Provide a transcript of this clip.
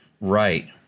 Right